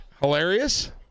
hilarious